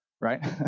right